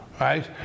Right